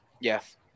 Yes